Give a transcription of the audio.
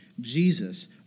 Jesus